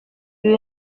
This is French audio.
lui